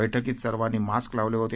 बैठकीत सर्वांनी मास्क लावले होते